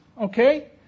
Okay